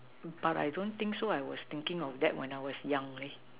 but I don't think so I was thinking of that when I was young leh